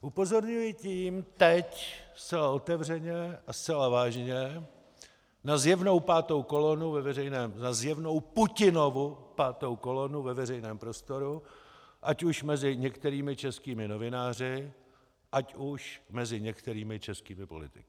Upozorňuji tím teď zcela otevřeně a zcela vážně na zjevnou pátou kolonu, na zjevnou Putinovu pátou kolonu ve veřejném prostoru, ať už mezi některými českými novináři, ať už mezi některými českými politiky.